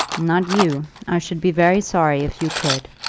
not you! i should be very sorry if you could.